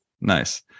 Nice